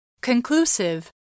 Conclusive